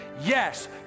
Yes